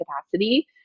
capacity